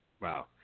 Wow